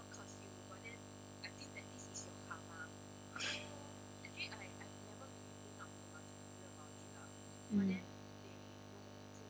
mm